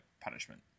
punishment